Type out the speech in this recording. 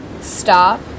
stop